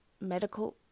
medical